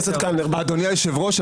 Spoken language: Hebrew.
אדוני היושב ראש,